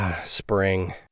spring